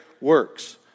works